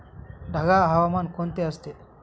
ढगाळ हवामान कोणते असते?